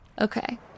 Okay